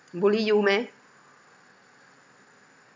bully you meh